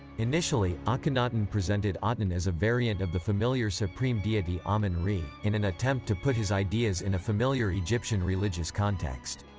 initially, akhenaten presented aten as a variant of the familiar supreme deity amun-re, in an attempt to put his ideas in a familiar egyptian religious context.